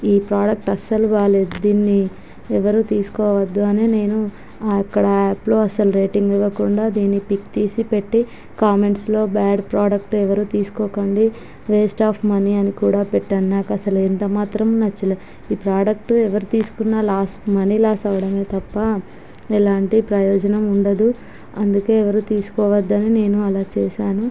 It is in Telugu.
ఈ ప్రోడక్ట్ అస్సలు బాగాలేదు దీన్ని ఎవరు తీసుకోవద్దు అనే నేను అక్కడ యాప్లో అస్సలు రేటింగ్ ఇవ్వకుండా దీని పిక్ తీసి పెట్టి కామెంట్స్లో బ్యాడ్ ప్రోడక్ట్ ఎవరూ తీసుకోకండి వేస్ట్ ఆఫ్ మనీ అనికూడా పెట్టాను నాకస్సలు ఎంతమాత్రమూ నచ్చలేదు ఈ ప్రోడక్ట్ ఎవరు తీసుకున్న లాస్ మనీ లాస్ అవ్వడమే తప్ప ఎలాంటి ప్రయోజనం ఉండదు అందుకే ఎవరు తీసుకోవద్దనే నేను అలా చేసాను